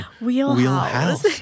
wheelhouse